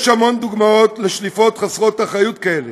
יש המון דוגמאות לשליפות חסרות אחריות כאלה,